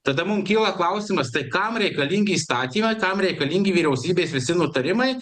tada mum kyla klausimas tai kam reikalingi įstatymai kam reikalingi vyriausybės visi nutarimai